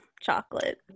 chocolate